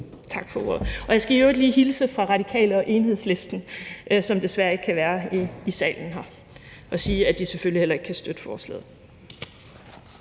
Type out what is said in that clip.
Tak for ordet. Jeg skal i øvrigt lige hilse fra Radikale og Enhedslisten, som desværre ikke kan være her i salen, og sige, at de selvfølgelig heller ikke kan støtte forslaget.